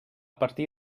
partir